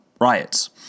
riots